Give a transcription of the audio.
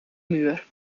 muur